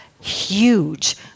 huge